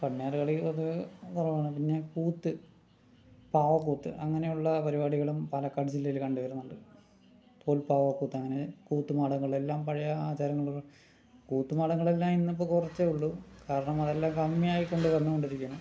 കണ്യാർകളി അത് കുറവാണ് പിന്നെ കൂത്ത് പാവക്കൂത്ത് അങ്ങനെയുള്ള പരുപാടികളും പാലക്കാട് ജില്ലയിൽ കണ്ട് വരുന്നുണ്ട് തോൽപാവക്കൂത്ത് അങ്ങനെ കൂത്ത് നാടകങ്ങളെല്ലാം പഴയ ആചാരങ്ങള് പ കൂത്ത് നാടകങ്ങളെല്ലാം ഇന്നിപ്പോൾ കുറച്ചെ ഉള്ളു കാരണം അതെല്ലാം കമ്മിയായി കൊണ്ട് വന്നോണ്ടിരിക്കയാണ്